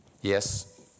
Yes